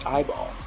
Eyeball